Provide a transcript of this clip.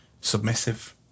submissive